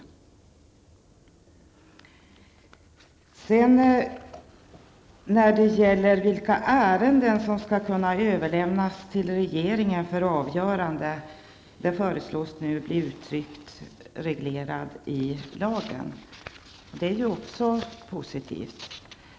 Vidare föreslås det att det skall regleras i lag vilka ärenden som skall kunna överlämnas till regeringen för avgörande. Detta är ju också någonting positivt.